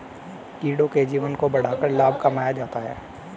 कीड़ों के जीवन को बढ़ाकर लाभ कमाया जाता है